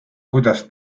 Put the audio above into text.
kuidas